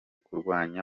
kurwanya